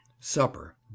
supper